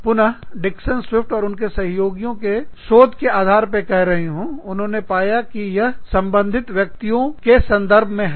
पुनः Dixon Swift और उनके सहयोगियों के शोध के आधार पर मैं कह रही हूँउन्होंने पाया कि यह संबंधित व्यक्तियों के संदर्भ हैं